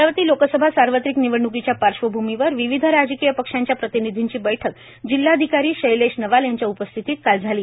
अमरावती लोकसभा सार्वत्रिक निवडण्कीच्या पार्श्वभूमीवर विविध राजकीय पक्षांच्या प्रतिनिधींची बैठक जिल्हाधिकारी शैलेश नवाल यांच्या उपस्थितीत काल झाली